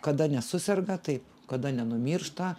kada nesuserga taip kada nenumiršta